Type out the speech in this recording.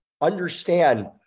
understand